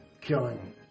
killing